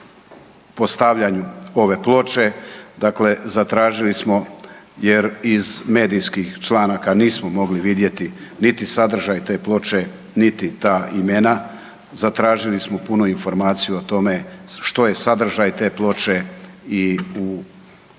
postavljanju ove ploče, dakle zatražili smo jer iz medijskih članaka nismo mogli vidjeti niti sadržaj te ploče niti ta imena, zatražili smo punu informaciju o tome što je sadržaj te ploče i